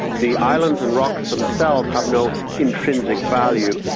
the islands and rocks themselves have no intrinsic value.